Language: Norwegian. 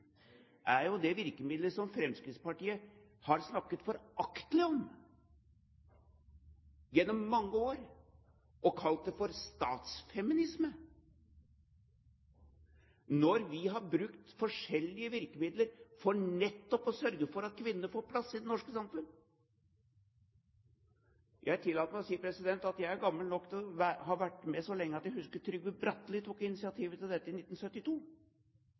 det virkemiddelet som Fremskrittspartiet har snakket foraktelig om gjennom mange år. De har kalt det for statsfeminisme, når vi har brukt forskjellige virkemidler for nettopp å sørge for at kvinnene får plass i det norske samfunn. Jeg tillater meg å si at jeg er gammel nok til å ha vært med så lenge at jeg husker Trygve Bratteli tok initiativ til dette i 1972,